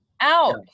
Out